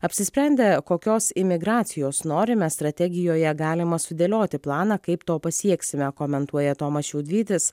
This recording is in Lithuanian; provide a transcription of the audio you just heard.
apsisprendę kokios imigracijos norime strategijoje galima sudėlioti planą kaip to pasieksime komentuoja tomas šiaudvytis